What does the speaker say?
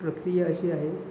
प्रक्रिया अशी आहे